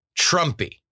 Trumpy